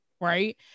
right